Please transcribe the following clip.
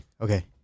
okay